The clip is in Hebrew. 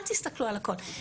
אל תסתכלו על הכול,